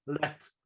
let